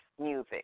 Music